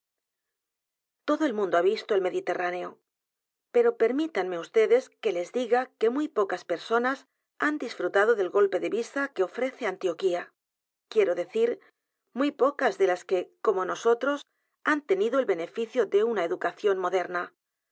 todo el mundo cuatro bestias en una ha visto el mediterráneo pero permítanme ustedes que les diga que muy pocas personas han disfrutado del golpe de vista que ofrece antioquía quiero decir muy pocas de las que como nosotros han tenido el beneficio de una educación moderna